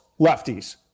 lefties